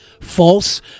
False